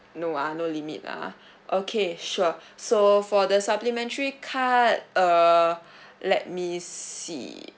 no ah no limit ah okay sure so for the supplementary card uh let me see